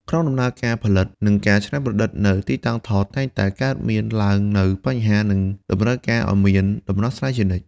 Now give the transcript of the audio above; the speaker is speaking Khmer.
ក្នុងដំណើរការផលិត និងការច្នៃប្រឌិតនៅទីតាំងថត តែងតែកើតមានឡើងនូវបញ្ហា និងតម្រូវឲ្យមានដំណោះស្រាយជានិច្ច។